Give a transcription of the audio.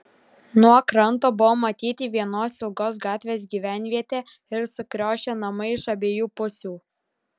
nuo kranto buvo matyti vienos ilgos gatvės gyvenvietė ir sukriošę namai iš abiejų pusių